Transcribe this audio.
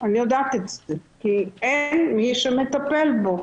כי אין מי שמטפל בו,